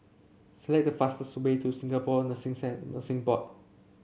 select the fastest way to Singapore Nursing Sand Nursing Board